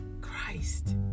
Christ